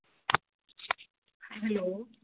hello